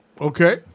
Okay